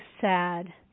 sad